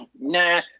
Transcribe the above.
Nah